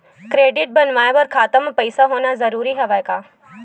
Credit बनवाय बर खाता म पईसा होना जरूरी हवय का?